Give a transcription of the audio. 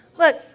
Look